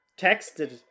texted